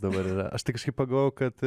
dabar yra aš tai kažkaip pagalvojau kad